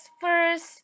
first